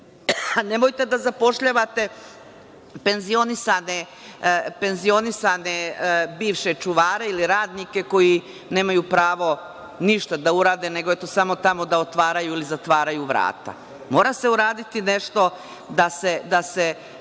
škole. Nemojte da zapošljavate penzionisane bivše čuvare ili radnike koji nemaju pravo ništa da urade, nego samo tamo da otvaraju ili da zatvaraju vrata. Mora se uraditi nešto da se